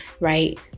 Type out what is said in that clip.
right